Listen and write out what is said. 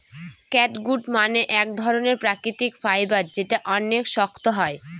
catgut মানে এক ধরনের প্রাকৃতিক ফাইবার যেটা অনেক শক্ত হয়